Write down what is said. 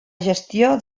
gestió